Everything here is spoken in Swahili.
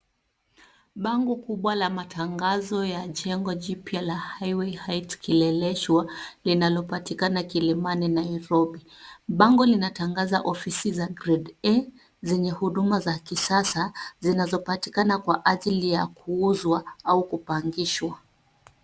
Bango kubwa la matangazo ya jengo jipya la Highway Heights Kileleshwa. Linalopatikana Kilimani Nairobi. Bango linatangaza ofisi za Grade A, zenye huduma za kisasa, zinazopatikana kwa ajili ya kuuzwa au kupangishwa.